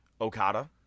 Okada